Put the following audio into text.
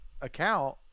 account